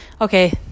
okay